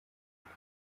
kuri